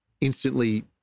instantly